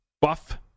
Buff